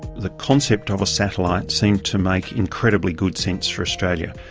the concept of a satellite seemed to make incredibly good sense for australia.